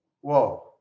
Whoa